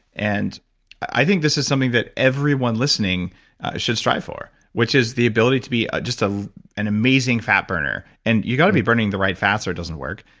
and i think this is something that everyone listening should strive for, which is the ability to be just ah an amazing fat-burner and you got to be burning the right fats or it doesn't work.